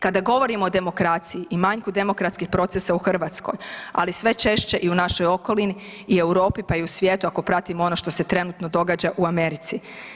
Kada govorimo o demokraciji i manjku demokratskih procesa u Hrvatskoj, ali sve češće i u našoj okolini i Europi, pa i svijetu ako pratimo ono što se trenutno događa u Americi.